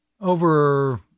Over